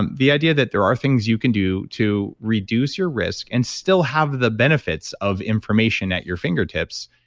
and the idea that there are things you can do to reduce your risk and still have the benefits of information at your fingertips.